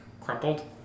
crumpled